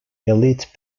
elite